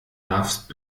darfst